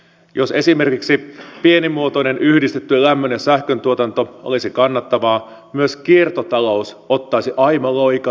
jos esimerkiksi pienimuotoinen yhdistetty lämmön ja sähköntuotanto olisi kannattavaa myös kiertotalous ottaisi aimo loikan eteenpäin